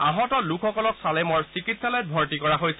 আহত লোকসকলক ছালেমৰ চিকিৎসালয়ত ভৰ্তি কৰা হৈছে